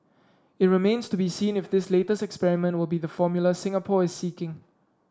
it remains to be seen if this latest experiment will be the formula Singapore is seeking